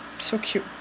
so cute